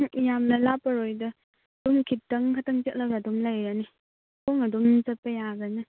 ꯌꯥꯝꯅ ꯂꯥꯞꯄꯔꯣꯏꯗ ꯑꯗꯨꯝ ꯈꯤꯇꯪꯈꯛꯇꯪ ꯆꯠꯂꯒ ꯑꯗꯨꯝ ꯂꯩꯔꯅꯤ ꯈꯣꯡꯅ ꯑꯗꯨꯝ ꯆꯠꯄ ꯌꯥꯒꯅꯤ